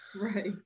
Right